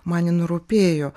man jin rūpėjo